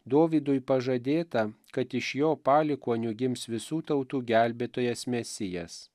dovydui pažadėta kad iš jo palikuonių gims visų tautų gelbėtojas mesijas